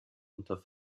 unter